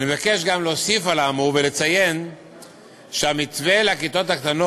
אני מבקש גם להוסיף על האמור ולציין שהמתווה להקטנת הכיתות